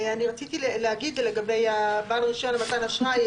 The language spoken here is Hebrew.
אני רציתי להגיד לגבי בעל הרישיון למתן אשראי,